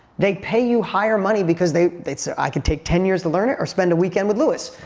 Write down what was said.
they pay you higher money because they they say, i could take ten years to learn it, or spend a weekend with lewis.